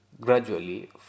Gradually